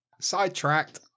Sidetracked